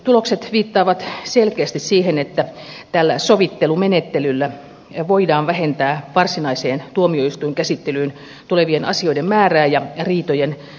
tulokset viittaavat selkeästi siihen että tällä sovittelumenettelyllä voidaan vähentää varsinaiseen tuomioistuinkäsittelyyn tulevien asioiden määrää ja riitojen pitkittymistä